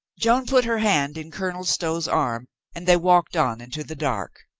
joan put her hand in colonel stow's arm and they walked on into the dark.